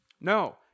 no